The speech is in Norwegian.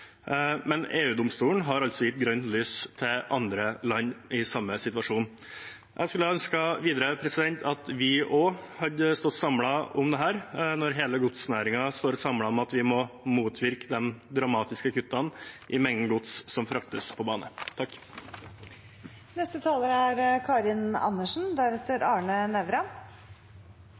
Men EU-domstolen har altså gitt grønt lys til andre land i samme situasjon. Jeg skulle videre ønsket at vi også hadde stått samlet om dette – når hele godsnæringen står samlet om at vi må motvirke de dramatiske kuttene i mengden gods som fraktes på bane.